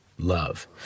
love